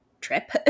trip